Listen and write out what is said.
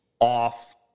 off